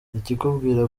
ikikubwira